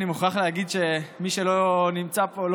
אני מוכרח להגיד שמי שלא נמצא פה,